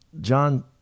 John